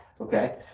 okay